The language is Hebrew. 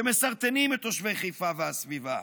שמסרטנים את תושבי חיפה והסביבה,